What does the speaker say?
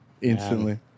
Instantly